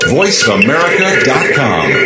voiceamerica.com